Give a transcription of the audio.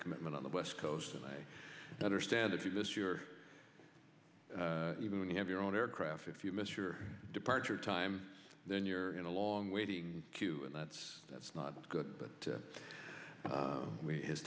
commitment on the west coast and i understand if you miss your even when you have your own aircraft if you miss your departure time then you're in a long waiting queue and that's that's not good but